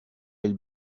elle